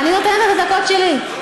אני נותנת לה את הדקות שלי.